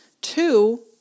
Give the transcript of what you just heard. two